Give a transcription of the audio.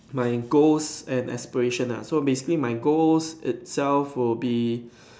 my goals and aspirations ah so basically my goals itself will be